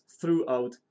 throughout